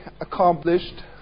accomplished